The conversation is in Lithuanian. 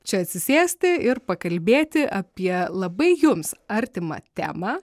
čia atsisėsti ir pakalbėti apie labai jums artimą temą